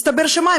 הסתבר שמה?